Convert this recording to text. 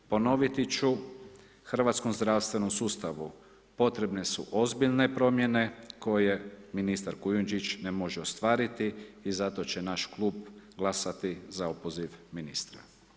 Ponoviti ću u hrvatskom zdravstvenom sustavu, potrebne su ozbiljne promjene, koje ministar Kujundžić ne može ostvariti i zato će naš klub glasati za opoziv ministra.